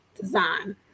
design